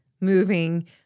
moving